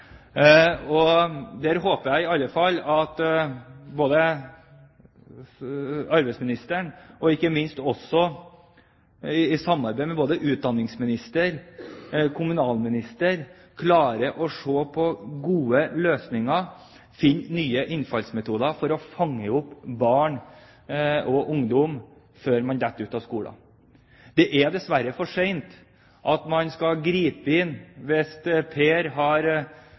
Der håper jeg i alle fall at arbeidsministeren i samarbeid med både utdanningsministeren og kommunalministeren klarer å se på gode løsninger, finne nye innfallsmetoder for å fange opp barn og ungdom før de faller ut av skolen. Hvis Per har havnet utenfor skolen og har vært borte i to–tre måneder, og man så begynner å sette inn